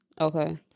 Okay